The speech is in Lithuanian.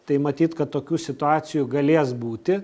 tai matyt kad tokių situacijų galės būti